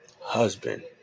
husband